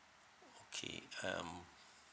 okay um